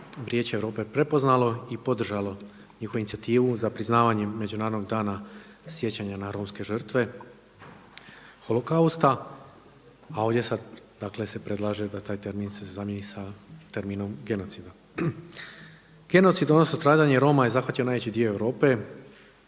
Vijeće Europe prepoznalo i podržalo njihovu inicijativu za priznavanjem Međunarodnog dana sjećanja na romske žrtve holokausta, a ovdje se sada predlaže da se taj termin zamjeni sa terminom genocida. Genocid odnosno stradanje Roma je zahvatio najveći dio Europe.